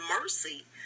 mercy